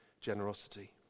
generosity